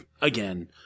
again